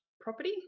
Property